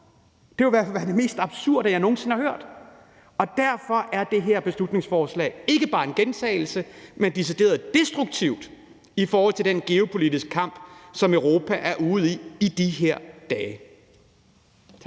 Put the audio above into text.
Det ville i hvert fald være det mest absurde, jeg nogen sinde har hørt. Derfor er det her beslutningsforslag ikke bare en gentagelse, men decideret destruktivt i forhold til den geopolitiske kamp, som Europa i de her dage